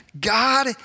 God